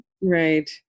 right